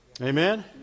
Amen